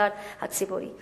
במגזר הציבורי.